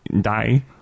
Die